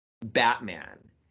batman